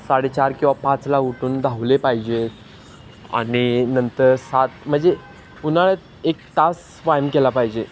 साडे चार किंवा पाचला उठून धावले पाहिजे आणि नंतर सात म्हणजे उन्हाळ्यात एक तास व्यायाम केला पाहिजे